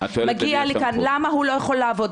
הוא מגיע לכאן, למה הוא לא יכול לעבוד?